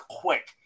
quick